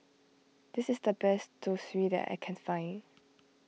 this is the best Zosui that I can find